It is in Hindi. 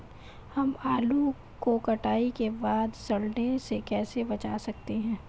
हम आलू को कटाई के बाद सड़ने से कैसे बचा सकते हैं?